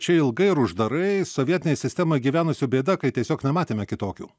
čia ilgai ir uždarai sovietinėj sistemoj gyvenusių bėda kai tiesiog nematėme kitokių